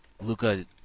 Luca